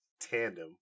tandem